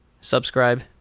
Subscribe